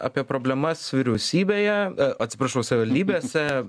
apie problemas vyriausybėje atsiprašau savivaldybėse